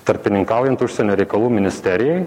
tarpininkaujant užsienio reikalų ministerijai